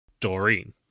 Doreen